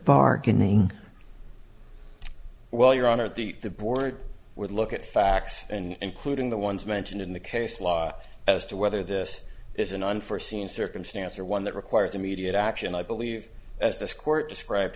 bargaining well your honor the the board would look at facts and including the ones mentioned in the case law as to whether this is an unforseen circumstance or one that requires immediate action i believe as this court described